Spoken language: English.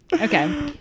Okay